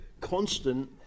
constant